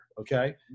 okay